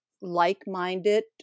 like-minded